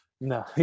No